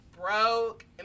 broke